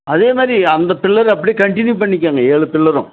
அதேமாதிரி அந்த பில்லரை அப்படியே கன்ட்டினியூ பண்ணிக்கங்க ஏழு பில்லரும்